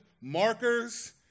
markers